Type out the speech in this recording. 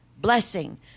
Blessing